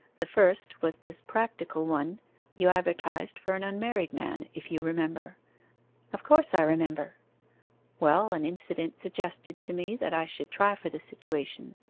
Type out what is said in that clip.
the first was this practical one you advertised for an unmarried man, if you remember of course i remember well, an incident suggested to me that i should try for the situation.